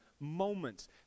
moments